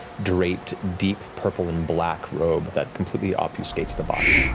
draped, deep purple and black robe that completely obfuscates the body.